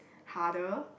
harder